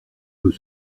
peut